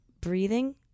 breathing